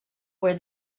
where